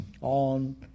on